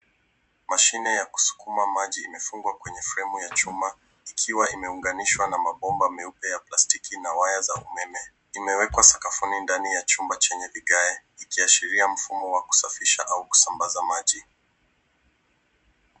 Mashine ya kusukuma maji imefungwa kwenye fremu ya chuma ikiwa imeunganishwa na mabomba meupe ya plastiki na waya za umeme. Imewekwa sakafuni ndani ya chumba chenye vigae ikiashiria mfumo wa kusafisha au kusambaza maji.